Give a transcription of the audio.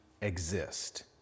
exist